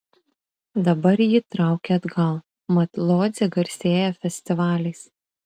dabar jį traukia atgal mat lodzė garsėja festivaliais